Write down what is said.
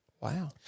wow